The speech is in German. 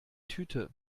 tüte